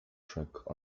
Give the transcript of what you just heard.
trick